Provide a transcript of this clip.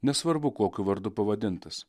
nesvarbu kokiu vardu pavadintas